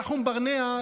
נחום ברנע,